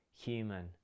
human